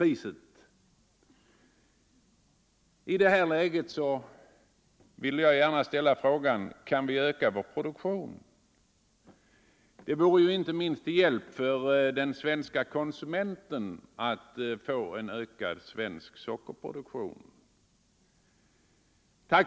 I det här läget ville jag gärna ställa frågan: Kan vi öka vår produktion? Det vore ju inte minst till hjälp för den svenske konsumenten att få en ökad svensk sockerproduktion.